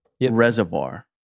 Reservoir